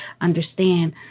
understand